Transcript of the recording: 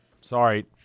sorry